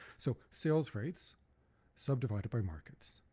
so sales rights subdivided by markets.